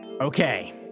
okay